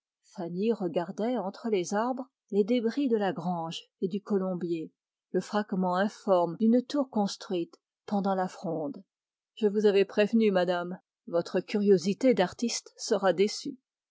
regardait entre les arbres les débris de la grange et du colombier le fragment informe d'une tour construite pendant la fronde je vous avais prévenue madame votre curiosité sera déçue